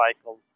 cycle